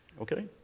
okay